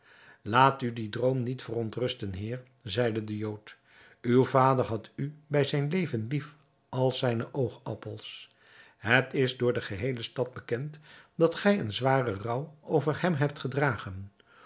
laat u die droom niet verontrusten heer zeide de jood uw vader had u bij zijn leven lief als zijne oogappels het is door de geheele stad bekend dat gij een zwaren rouw over hem hebt gedragen